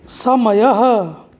समयः